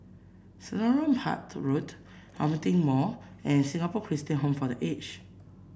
Selarang Park Road Hillion Mall and Singapore Christian Home for The Age